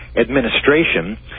administration